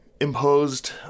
imposed